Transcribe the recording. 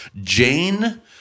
Jane